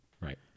Right